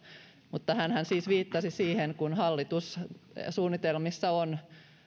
mutta hänhän siis viittasi siihen kun hallituksen suunnitelmissa on